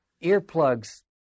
earplugs